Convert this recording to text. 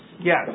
Yes